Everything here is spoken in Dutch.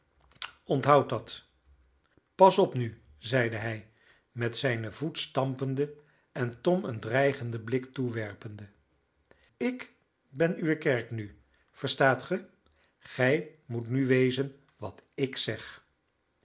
onthoud dat pas op nu zeide hij met zijnen voet stampende en tom een dreigenden blik toewerpende ik ben uwe kerk nu verstaat ge gij moet nu wezen wat ik zeg